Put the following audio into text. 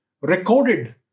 recorded